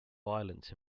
violence